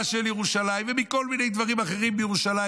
של ירושלים ומכל מיני דברים אחרים בירושלים.